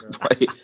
right